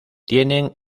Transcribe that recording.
tienen